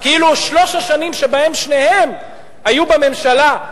כאילו שלוש השנים שבהן שניהם היו בממשלה,